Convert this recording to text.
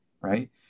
right